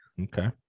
Okay